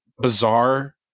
bizarre